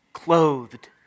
Clothed